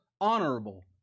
honorable